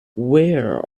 where